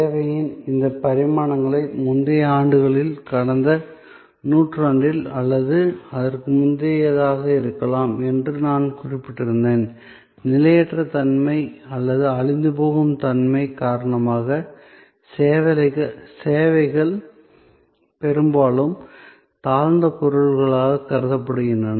சேவையின் இந்த பரிமாணங்களை முந்தைய ஆண்டுகளில் கடந்த நூற்றாண்டில் அல்லது அதற்கு முந்தையதாக இருக்கலாம் என்று நான் குறிப்பிட்டிருந்தேன் நிலையற்ற தன்மை அல்லது அழிந்துபோகும் தன்மை காரணமாக சேவைகள் பெரும்பாலும் தாழ்ந்த பொருட்களாக கருதப்படுகின்றன